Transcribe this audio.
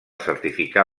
certificar